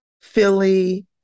Philly